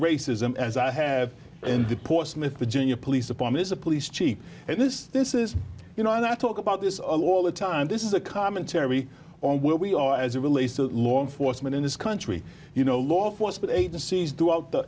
racism as i have and the portsmouth virginia police upon is a police chief and this this is you know i'm not talk about this all the time this is a commentary on where we are as it relates to law enforcement in this country you know law enforcement agencies throughout the